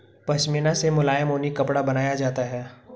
पशमीना से मुलायम ऊनी कपड़ा बनाया जाता है